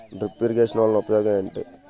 drip irrigation వలన ఉపయోగం ఏంటి